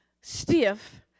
Stiff